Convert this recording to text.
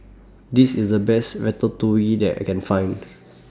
This IS The Best Ratatouille that I Can Find